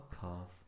cars